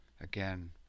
Again